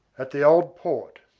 at the old port.